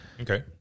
Okay